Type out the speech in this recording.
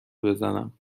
بزنم